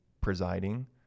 presiding